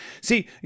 See